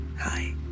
Hi